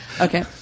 okay